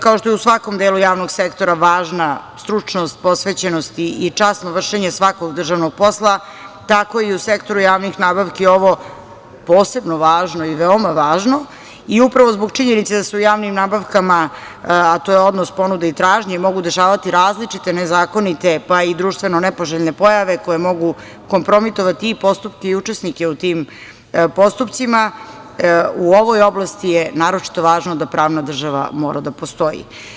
Kao što je u svakom delu javnog sektora važna stručnost, posvećenost i časno vršenje svakog državnog posla, tako i u sektoru javnih nabavki ovo je posebno važno i veoma važno i upravo zbog činjenica da su javnim nabavkama, a to je odnos ponude i tražnje, mogu dešavati različite nezakonite pa i društveno nepoželjne pojave koje mogu kompromitovati postupke i učesnike u tim postupcima, u ovoj oblasti je naročito važno da pravna država mora da postoji.